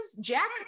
Jack